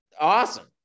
awesome